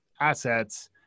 assets